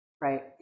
right